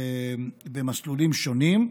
במסלולים שונים.